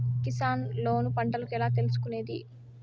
Kisan loan పంటలకు ఎలా తీసుకొనేది?